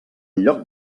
lloc